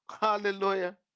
hallelujah